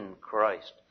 Christ